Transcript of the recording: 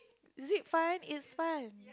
zip fun is fun